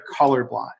colorblind